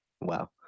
Wow